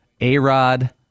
A-Rod